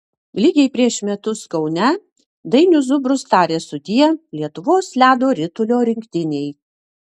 lygiai prieš metus kaune dainius zubrus tarė sudie lietuvos ledo ritulio rinktinei